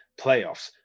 playoffs –